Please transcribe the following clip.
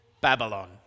Babylon